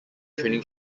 training